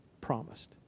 promised